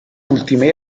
ultime